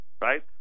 right